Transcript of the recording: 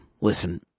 listen